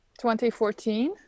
2014